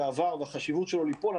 עם העבר ועם החשיבות שלו ליפול,